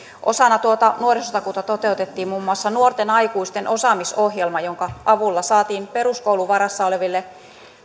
osana tuota nuorisotakuuta toteutettiin muun muassa nuorten aikuisten osaamisohjelma jonka avulla saatiin peruskoulun varassa oleville